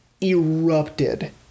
erupted